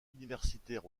universitaire